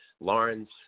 Lawrence